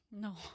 No